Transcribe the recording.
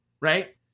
Right